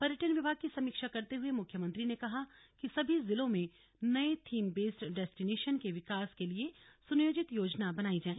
पर्यटन विभाग की समीक्षा करते हुए मुख्यमंत्री ने कहा कि सभी जिलों में नये थीमबेस्ड डेस्टिनेशन के विकास के लिए सुनियोजित योजना बनाई जाय